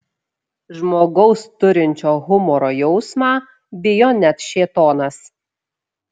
žmogaus turinčio humoro jausmą bijo net šėtonas